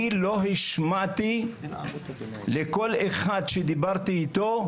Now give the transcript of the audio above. אני לא השמעתי לכל אחד שדיברתי איתו,